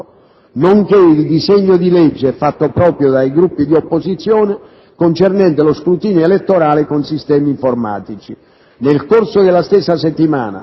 nonché il disegno di legge, fatto proprio dai Gruppi di opposizione, concernente lo scrutinio elettorale con sistemi informatici. Nel corso della stessa settimana